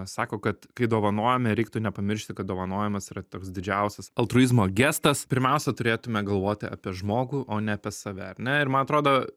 sako kad kai dovanojame reiktų nepamiršti kad dovanojimas yra toks didžiausias altruizmo gestas pirmiausia turėtume galvoti apie žmogų o ne apie save ar ne ir man atrodo